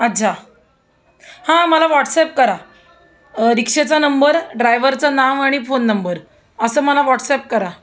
अच्छा हां मला व्हॉट्सॲप करा रिक्शेचा नंबर ड्रायव्हरचं नाव आणि फोन नंबर असं मला वॉट्सॲप करा